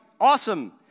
Awesome